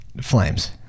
Flames